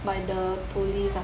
by the police ah